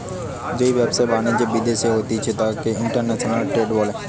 যেই ব্যবসা বাণিজ্য বিদ্যাশে করা হতিস তাকে ইন্টারন্যাশনাল ট্রেড বলে